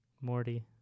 Morty